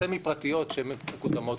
סמי פרטיות שמקודמות,